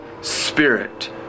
spirit